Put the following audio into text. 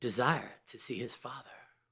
desire to see is father